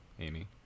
Amy